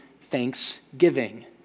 thanksgiving